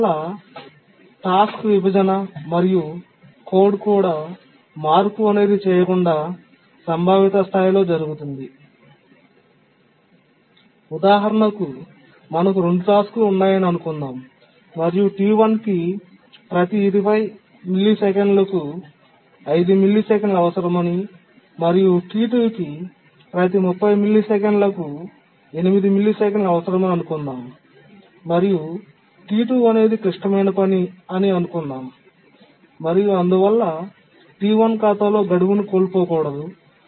అందువల్ల విధి విభజన మరియు కోడ్ కూడా మార్పు అనేది చేయకుండా సంభావిత స్థాయిలో జరుగుతుంది ఉదాహరణకు మనకు 2 టాస్క్లు ఉన్నాయని అనుకుందాం మరియు T1 కి ప్రతి 20 మిల్లీసెకన్లకు 5 మిల్లీసెకన్లు అవసరమని మరియు T2 కి ప్రతి 30 మిల్లీసెకన్లకు 8 మిల్లీసెకన్లు అవసరమని అనుకుందాం మరియు T2 అనేది క్లిష్టమైన పని అని అనుకుందాం మరియు అందువల్ల T1 ఖాతాలో గడువును కోల్పోకూడదు